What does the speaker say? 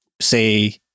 say